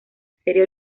serie